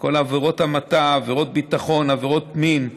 כל עבירות ההמתה, עבירות ביטחון, עבירות פנים,